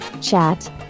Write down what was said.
chat